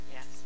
Yes